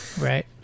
right